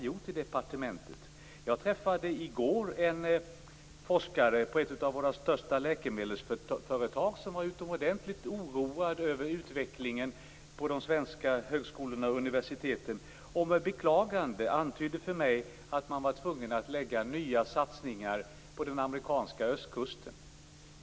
Jag träffade i går en forskare på ett av våra största läkemedelsföretag, som var utomordentligt oroad över utvecklingen på de svenska högskolorna och universiteten och med beklagande antydde för mig att man var tvungen att lägga nya satsningar på den amerikanska östkusten.